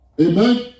Amen